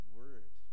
word